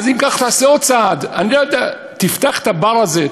לא פגע, זה פשוט לא השם שלי.